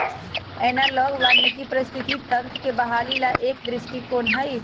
analogue वानिकी पारिस्थितिकी तंत्र के बहाली ला एक दृष्टिकोण हई